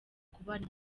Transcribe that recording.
kubana